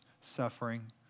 suffering